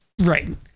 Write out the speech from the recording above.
Right